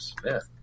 Smith